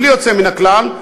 בלי יוצא מן הכלל,